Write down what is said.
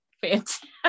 fantastic